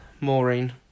Maureen